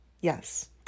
Yes